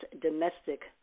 Domestic